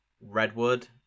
Redwood